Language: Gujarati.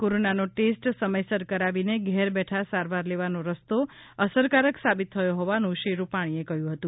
કોરોના નો ટેસ્ટ સમયસર કરાવીને ઘેર બેઠા સારવાર લેવાનો રસ્તો અસરકારક સાબિત થયો હોવાનું શ્રી રૂપાણીએ કહ્યું હતું